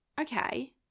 okay